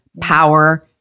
power